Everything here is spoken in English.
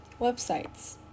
websites